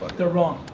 they're wrong.